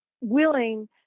willing